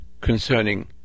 concerning